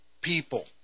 people